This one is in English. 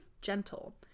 gentle